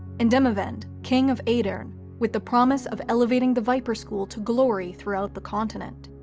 and demavend, king of aedirn, with the promise of elevating the viper school to glory throughout the continent.